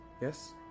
Yes